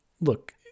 look